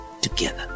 together